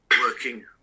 working